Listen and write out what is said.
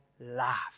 life